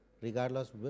regardless